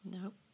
Nope